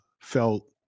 felt